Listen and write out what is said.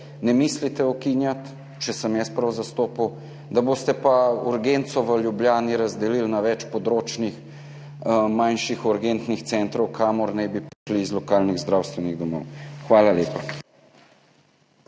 ne mislite ukinjati, če sem jaz prav razumel, da boste pa urgenco v Ljubljani razdelili na več področnih manjših urgentnih centrov, kamor naj bi prišli iz lokalnih zdravstvenih domov. Hvala lepa.